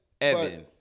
Evan